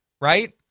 right